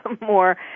more